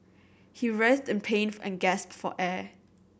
he writhed in pain and gasped for air